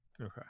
Okay